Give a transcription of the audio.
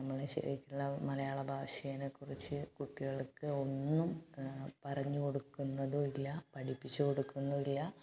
നമ്മളുടെ ശരിക്കുള്ള മലയാളഭാഷയെക്കുറിച്ച് കുട്ടികൾക്ക് ഒന്നും പറഞ്ഞ് കൊടുക്കുന്നതുല്ല പഠിപ്പിച്ച് കൊടുക്കുന്നില്ല